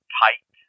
tight